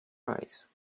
rice